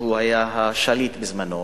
שהוא היה השליט בזמנו,